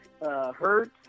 Hurt